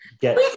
get